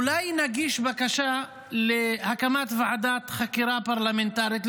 אולי נגיש בקשה להקמת ועדת חקירה פרלמנטרית,